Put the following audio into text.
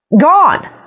gone